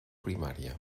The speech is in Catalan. primària